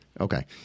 Okay